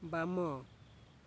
ବାମ